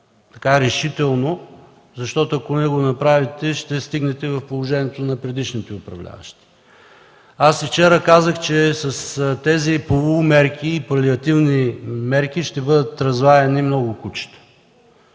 и решително, защото ако не го направите, ще стигнете до положението на предишните управляващи. Аз и вчера казах, че с тези полумерки, палиативни мерки, ще бъдат разлаяни много кучета,